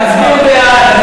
תצביעו בעד,